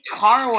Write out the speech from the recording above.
car